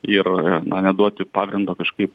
ir na neduoti pagrindo kažkaip